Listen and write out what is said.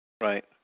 Right